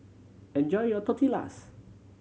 enjoy your Tortillas